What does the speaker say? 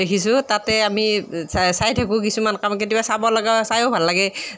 দেখিছোঁ তাতে আমি চাই থাকোঁ কিছুমান কাম কেতিয়াবা চাব লাগে চায়ো ভাল লাগে